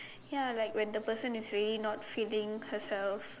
ya like when the person is really not feeling herself